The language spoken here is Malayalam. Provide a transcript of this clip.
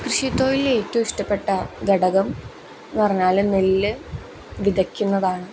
കൃഷി തൊഴിലിലെ ഏറ്റവും ഇഷ്ടപ്പെട്ട ഘടകം എന്ന് പറഞ്ഞാൽ നെല്ല് വിതക്കുന്നതാണ്